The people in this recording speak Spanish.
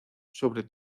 sobre